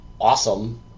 awesome